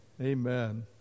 Amen